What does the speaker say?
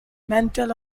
mantle